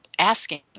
asking